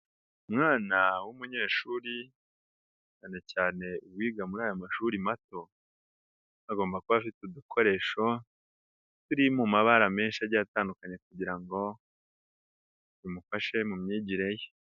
Umwana w'umunyeshuri cyane cyane uwiga muri aya mashuri mato, agomba kuba afite udukoresho turi mu mabara menshi agiye atandukanye kugira ngo bimufashe mu myigire ye.